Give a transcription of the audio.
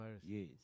Yes